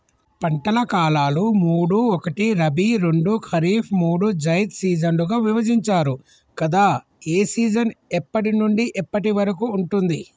పంటల కాలాలు మూడు ఒకటి రబీ రెండు ఖరీఫ్ మూడు జైద్ సీజన్లుగా విభజించారు కదా ఏ సీజన్ ఎప్పటి నుండి ఎప్పటి వరకు ఉంటుంది?